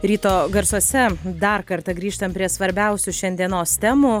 ryto garsuose dar kartą grįžtam prie svarbiausių šiandienos temų